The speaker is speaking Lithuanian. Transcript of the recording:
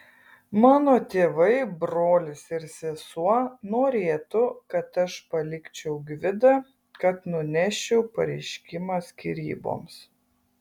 mano tėvai brolis ir sesuo norėtų kad aš palikčiau gvidą kad nuneščiau pareiškimą skyryboms